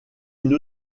une